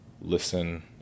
listen